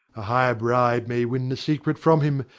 a higher bribe may win the secret from him,